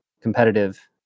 competitive